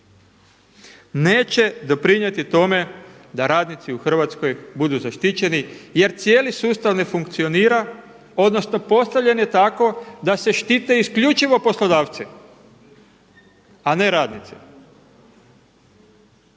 neće doprinijeti tome da radnici u Hrvatskoj budu zaštićeni jer cijeli sustav ne funkcionira odnosno postavljen je tako da se štite isključivo poslodavci a ne radnici.